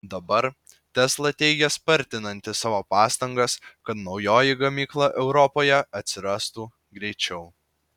dabar tesla teigia spartinanti savo pastangas kad naujoji gamykla europoje atsirastų greičiau